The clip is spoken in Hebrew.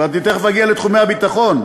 ואני תכף אגיע לתחומי הביטחון.